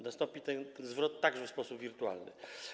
Nastąpi ten zwrot także w sposób wirtualny.